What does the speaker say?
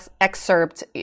excerpt